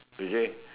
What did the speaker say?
you see